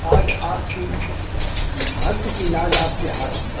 आज आपकी भक्त की लाज आपके हाथ में है